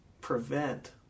prevent